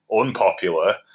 unpopular